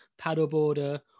paddleboarder